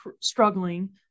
struggling